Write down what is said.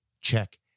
check